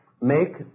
Make